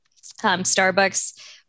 Starbucks